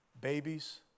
babies